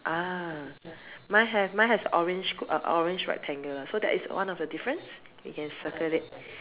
ah mine have mine has orange uh orange rectangular so that is one of the difference we can circle it